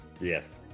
Yes